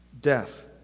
Death